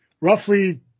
roughly